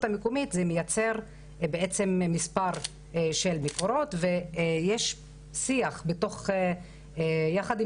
המקומית זה מייצר מספר של ביקורות ויש שיח יחד עם